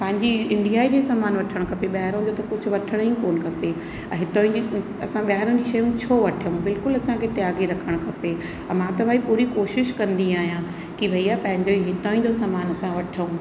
पंहिंजी इंडिया जो ई सामान वठणु खपे ॿाहिरां जो त कुझु वठणु ई कोन्ह खपे ऐं हितां जी असां ॿाहिरां जी शयूं छो वठूं बिल्कुलु असांखे त्यागे रखणु खपे और मां त भई पूरी कोशिशि कंदी आहियां की भैया पंहिंजो हितां ई जो सामान असां वठूं